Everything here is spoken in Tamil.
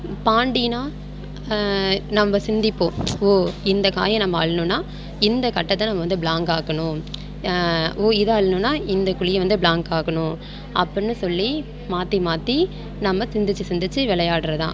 பாண்டின்னா நம்ம சிந்திப்போம் ஓ இந்த காய நம்ம அள்ளணுன்னா இந்த கட்டத்தை நம்ம வந்து ப்ளாங்க் ஆக்கணும் ஓ இதை அள்ளணுன்னா இந்த குழியை வந்து ப்ளாங்க் ஆக்கணும் அப்புடினு சொல்லி மாற்றி மாற்றி நம்ம சிந்தித்து சிந்தித்து விளையாடுறது தான்